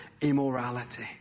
immorality